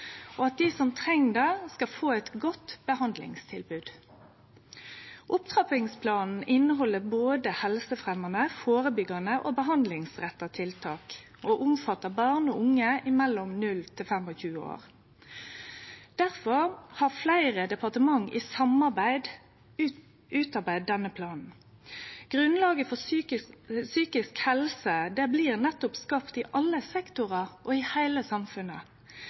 og at dei som treng det, skal få eit godt behandlingstilbod. Opptrappingsplanen inneheld både helsefremjande, førebyggjande og behandlingsretta tiltak og omfattar barn og unge mellom 0 og 25 år. Derfor har fleire departement i samarbeid utarbeidd denne planen. Grunnlaget for god psykisk helse blir nettopp skapt i alle sektorar og i heile samfunnet.